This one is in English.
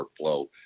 workflow